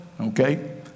okay